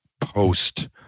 Post